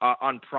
on